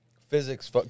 Physics